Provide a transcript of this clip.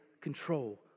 control